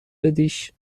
بدیش